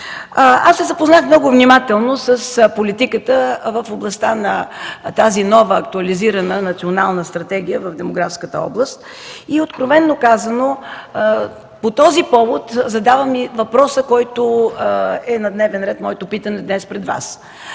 Аз се запознах много внимателно с политиката в областта на тази нова, актуализирана Национална стратегия в демографската област и откровено казано по този повод задавам моето питане, което е на дневен ред, днес към Вас.